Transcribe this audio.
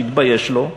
שיתבייש לו,